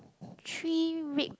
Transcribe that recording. three red